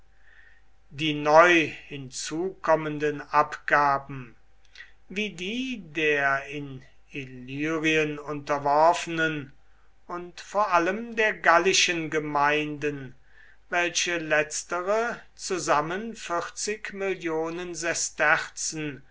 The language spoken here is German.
die neu hinzukommenden abgaben wie die der in illyrien unterworfenen und vor allem der gallischen gemeinden welche letztere zusammen